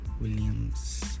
williams